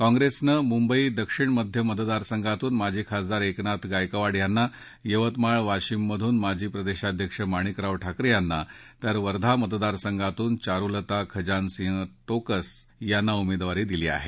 काँग्रेसनं मुंबई दक्षिण मध्य मतदारसंघातून माजी खासदार एकनाथ गायकवाड यांना यवतमाळ वाशिम मधून माजी प्रदेशाध्यक्ष माणिकराव ठाकरे यांना तर वर्धा मतदारसंघातून चारुलता खजानसिंग टोकस यांना उमेदवारी दिली आहे